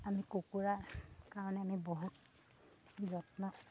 আমি কুকুৰাৰ কাৰণে আমি বহুত যত্ন